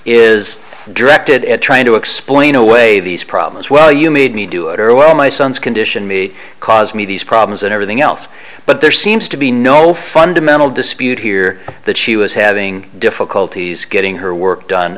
is directed at trying to explain away these problems well you made me do it early on my son's condition may cause me these problems and everything else but there seems to be no fundamental i would hear that she was having difficulties getting her work done